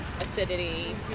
acidity